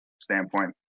standpoint